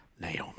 Naomi